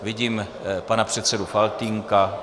Vidím pana předsedu Faltýnka.